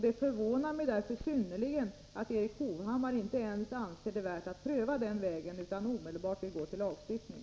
Det förvånar mig därför synnerligen att Erik Hovhammar inte ens anser det värt att pröva den vägen utan omedelbart vill gå till lagstiftning.